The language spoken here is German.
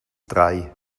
drei